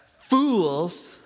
fools